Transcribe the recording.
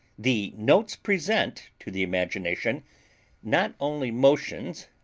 the notes present to the imagination not only motions,